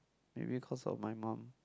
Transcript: maybe cause of my mum